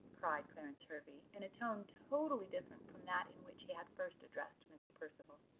cried clarence hervey, in a tone totally different from that in which he had first addressed mr. percival.